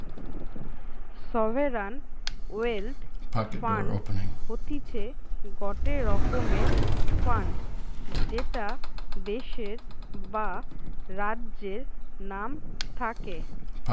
sovereign wealth fund হতিছে গটে রকমের ফান্ড যেটা দেশের বা রাজ্যের নাম থাকে